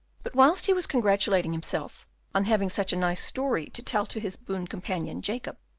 but whilst he was congratulating himself on having such a nice story to tell to his boon companion, jacob,